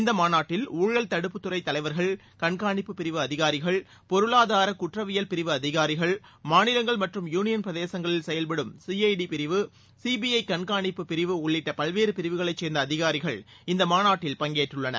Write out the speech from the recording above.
இந்த மாநாட்டில் ஊழல் தடுப்பு துறைத் தலைவர்கள் கண்காணிப்பு பிரிவு அதிகாரிகள் பொருளாதார குற்றவியல் பிரிவு அதிகாரிகள் மாநிலங்கள் மற்றும் யூனியன் பிரதேசங்களில் செயல்படும் சிஐடி பிரிவு சிபிஐ கண்காணிப்பு பிரிவு உள்ளிட்ட பல்வேறு பிரிவுகளைச் சேர்ந்த அதிகாரிகள் இந்த மாநாட்டில் பங்கேற்றுள்ளனர்